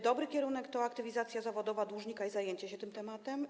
Dobry kierunek to aktywizacja zawodowa dłużnika i zajęcie się tym tematem.